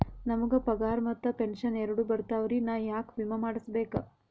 ನಮ್ ಗ ಪಗಾರ ಮತ್ತ ಪೆಂಶನ್ ಎರಡೂ ಬರ್ತಾವರಿ, ನಾ ಯಾಕ ವಿಮಾ ಮಾಡಸ್ಬೇಕ?